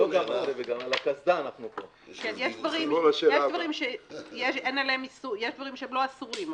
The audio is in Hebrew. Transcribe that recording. יש דברים שהם לא אסורים,